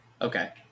Okay